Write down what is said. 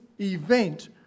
event